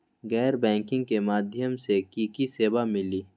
गैर बैंकिंग के माध्यम से की की सेवा मिली?